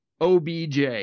OBJ